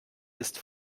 ist